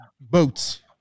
boats